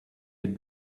had